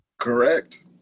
Correct